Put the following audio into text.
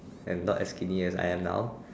and not as skinny as I am now